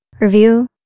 review